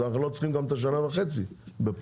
אז לא נצטרך גם שנה וחצי בפועל.